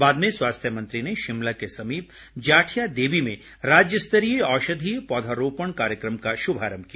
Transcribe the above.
बाद में स्वास्थ्य मंत्री ने शिमला के समीप जाठिया देवी में राज्यस्तरीय औषधीय पौधरोपण कार्यक्रम का शुभारम्भ किया